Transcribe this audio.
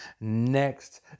Next